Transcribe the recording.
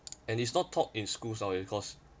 and it's not taught in schools nowadays cause